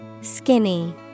Skinny